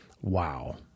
Wow